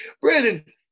Brandon